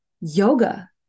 Yoga